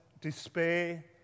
despair